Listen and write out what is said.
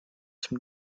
zum